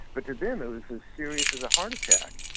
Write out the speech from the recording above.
but to them, it was as serious as a heart attack.